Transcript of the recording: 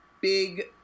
big